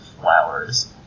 flowers